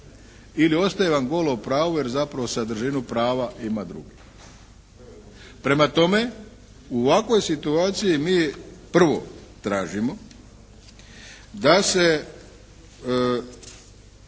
ili ostaje vam golo pravo, jer zapravo sadržinu prava ima drugi. Prema tome, u ovakvoj situaciji mi prvo tražimo da se